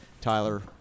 Tyler